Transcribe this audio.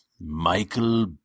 Michael